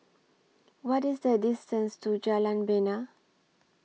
What IS The distance to Jalan Bena